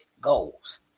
goals